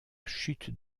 chute